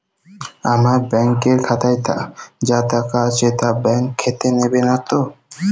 আমার ব্যাঙ্ক এর খাতায় যা টাকা আছে তা বাংক কেটে নেবে নাতো?